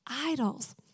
idols